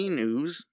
news